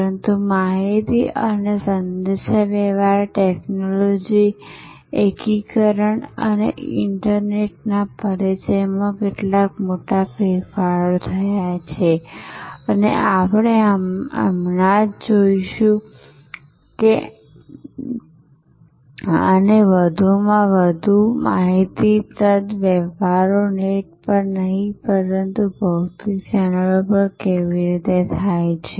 પરંતુ માહિતી અને સંદેશાવ્યવહાર ટેક્નોલોજી એકીકરણ અને ઈન્ટરનેટના પરિચયમાં કેટલાક મોટા ફેરફારો થયા છે અને આપણે હમણાં જ જોઈશું કે આ વધુને વધુ માહિતીપ્રદ વ્યવહારો નેટ પર નહીં પણ ભૌતિક ચેનલ પર કેવી રીતે થાય છે